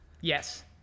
Yes